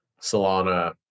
Solana